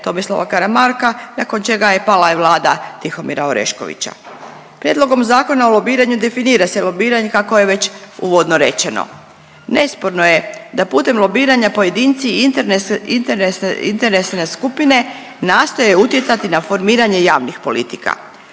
Tomislava Karamarka nakon čega je i pala vlada Tihomira Oreškovića. Prijedlogom Zakona o lobiranju definira se lobiranje kako je već uvodno rečeno. Nesporno je da putem lobiranja pojedinci i interne… interesne skupine nastoje utjecati na formiranje javnih politika.